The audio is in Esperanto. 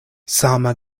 sama